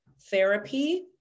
therapy